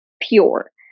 pure